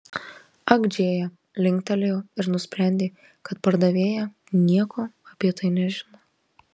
ak džėja linktelėjo ir nusprendė kad pardavėja nieko apie tai nežino